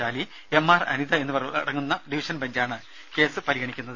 Chaly M R Anitha എന്നിവർ ഉൾപ്പെടുന്ന division ബെഞ്ചാണ് കേസ് പരിഗണിക്കുന്നത്